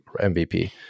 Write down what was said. MVP